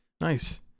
nice